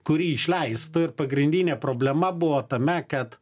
kuri išleistų ir pagrindinė problema buvo tame kad